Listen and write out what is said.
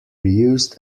used